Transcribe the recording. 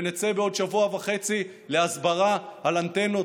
ונצא בעוד שבוע וחצי להסברה על אנטנות,